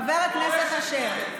בוכה, חבר הכנסת אשר,